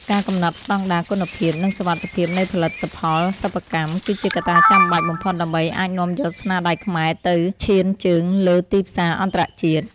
ការកំណត់ស្ដង់ដារគុណភាព និងសុវត្ថិភាពនៃផលិតផលសិប្បកម្ម គឺជាកត្តាចាំបាច់បំផុតដើម្បីអាចនាំយកស្នាដៃខ្មែរទៅឈានជើងលើទីផ្សារអន្តរជាតិ។